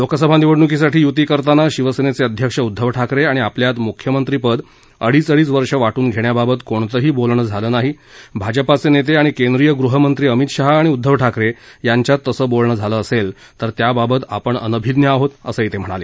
लोकसभा निवडणुकीसाठी युती करताना शिवसेनेचे अध्यक्ष उद्धव ठाकरे आणि आपल्यात मुख्यमंत्री पद अडीच अडीच वर्ष वाटून घेण्याबाबत कोणतंही बोलणं झालं नाही भाजपाचे नेते आणि केंद्रीय गृहमंत्री अमित शाह आणि उद्धव ठाकरे यांच्यात तसं बोलणं झालं असेल तर त्याबाबत आपण अनभिज्ञ आहोत असं ते म्हणाले